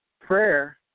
Prayer